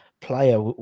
player